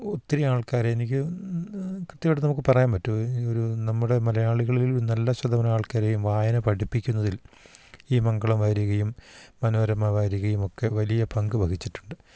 ഒത്തിരി ആൾക്കാർ എനിക്ക് കൃത്യമായിട്ട് നമുക്ക് പറയാൻ പറ്റും ഒരു നമ്മുടെ മലയാളികളിൽ നല്ല ശതമാനം ആൾക്കാരെയും വായന പഠിപ്പിക്കുന്നതിൽ ഈ മംഗളം വാരികയും മനോരമ വാരികയുമൊക്കെ വലിയ പങ്ക് വഹിച്ചിട്ടുണ്ട്